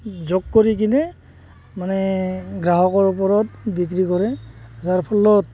যোগ কৰি কিনে মানে গ্ৰাহকৰ ওপৰত বিক্ৰী কৰে যাৰ ফলত